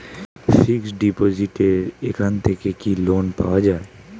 Fix ডিপোজিটের এখান থেকে কি লোন পাওয়া যায়?